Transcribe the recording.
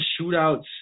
shootouts